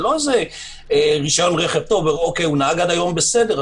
זה לא רשיון רכב נהג עד היום בסדר,